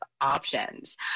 options